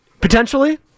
Potentially